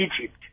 egypt